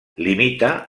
limita